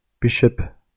bishop